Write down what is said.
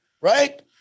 right